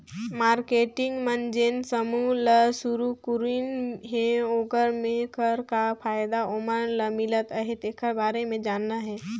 marketing मन जेन समूह ल सुरूकरीन हे ओखर मे कर का फायदा ओमन ल मिलत अहे तेखर बारे मे जानना हे